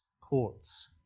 courts